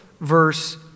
verse